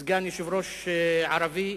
סגן יושב-ראש ערבי,